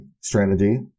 strategy